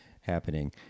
happening